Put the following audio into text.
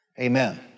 Amen